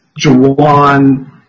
Jawan